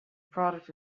product